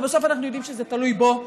ובסוף אנחנו יודעים שזה תלוי בו,